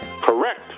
Correct